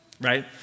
right